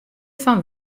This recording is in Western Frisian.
fan